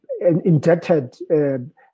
indebted